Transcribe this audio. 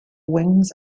wings